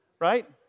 right